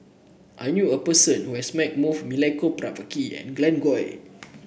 I knew a person who has met both Milenko Prvacki and Glen Goei